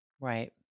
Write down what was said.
Right